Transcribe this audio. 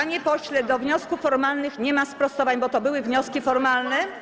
Panie pośle, do wniosków formalnych nie ma sprostowań, bo to były wnioski formalne.